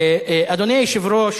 אדוני היושב-ראש,